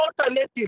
alternative